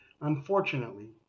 Unfortunately